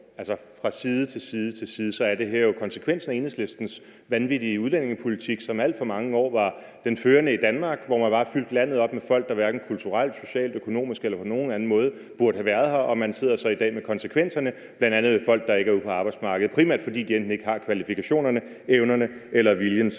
Altså, fra side til side er det her jo konsekvensen af Enhedslistens vanvittige udlændingepolitik, som i alt for mange år var den førende i Danmark, hvor man bare fyldte landet op med folk, der hverken kulturelt, socialt, økonomisk eller på nogen anden måde burde have været her. Og man sidder så i dag med konsekvenserne af det, bl.a. med folk, der ikke er ude på arbejdsmarkedet, primært fordi de enten ikke har kvalifikationerne, evnerne eller viljen, som